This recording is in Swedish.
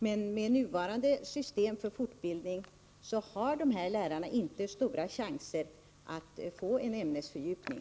Men med nuvarande system för fortbildning har dessa lärare inte stora chanser att få en ämnesfördjupning.